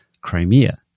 Crimea